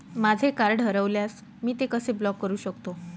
माझे कार्ड हरवल्यास मी ते कसे ब्लॉक करु शकतो?